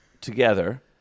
together